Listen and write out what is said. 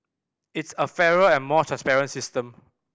it's a fairer and more transparent system